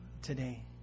Today